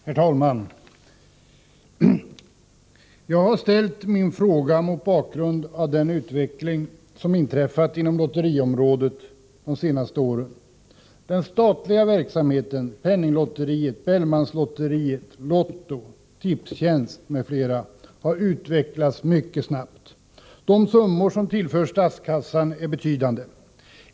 Herr talman! Jag har ställt min fråga mot bakgrund av den utveckling som skett inom lotteriområdet de senaste åren. Den statliga verksamheten — penninglotteriet, Bellmanlotteriet, lotto, Tipstjänst — har utvecklats mycket snabbt. De summor som tillförs statskassan är betydande.